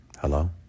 Hello